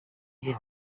you